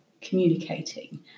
communicating